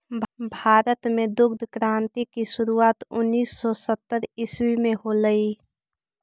भारत में दुग्ध क्रान्ति की शुरुआत उनीस सौ सत्तर ईसवी में होलई